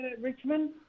Richmond